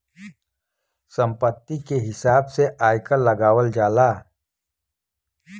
संपत्ति के हिसाब से आयकर लगावल जाला